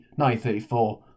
1934